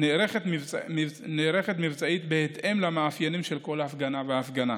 היא נערכת מבצעית בהתאם למאפיינים של כל הפגנה והפגנה.